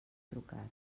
trucat